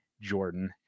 Jordan